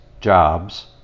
jobs